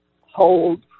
hold